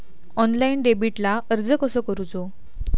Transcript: Online डेबिटला अर्ज कसो करूचो?